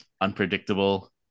Unpredictable